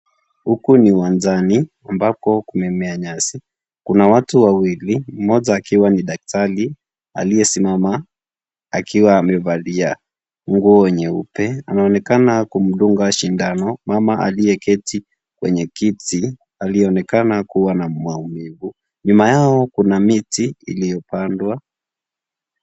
Huku ni uwanjani ambako kumemea nyasi , kuna watu wawili mmoja akiwa ni daktari aliyesimama akiwa amevalia nguo nyeupe anaonekana kumdunga sindano mama aliyeketi kwenye kiti aliyeonekana kuwa na maumivu, nyuma yao kuna miti iliyopandwa.